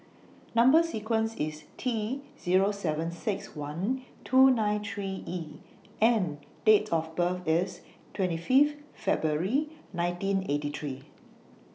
Number sequence IS T Zero seven six one two nine three E and Date of birth IS twenty Fifth February nineteen eighty three